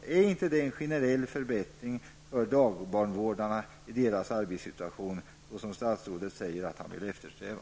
Medför inte detta en sådan generell förbättring för dagbarnvådarna i deras arbetssituation som statsrådet säger att han vill eftersträva?